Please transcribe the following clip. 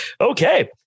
okay